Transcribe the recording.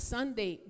Sunday